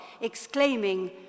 exclaiming